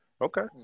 Okay